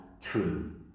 true